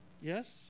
Yes